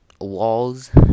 walls